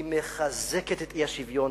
היא מחזקת את האי-שוויון,